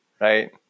right